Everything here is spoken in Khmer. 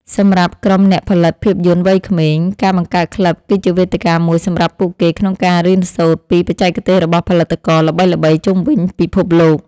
សម្រាប់ក្រុមអ្នកផលិតភាពយន្តវ័យក្មេង ការបង្កើតក្លឹបគឺជាវេទិកាមួយសម្រាប់ពួកគេក្នុងការរៀនសូត្រពី បច្ចេកទេសរបស់ផលិតករល្បីៗជុំវិញពិភពលោក។